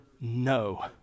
no